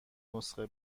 نسخه